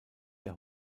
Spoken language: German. der